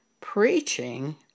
preaching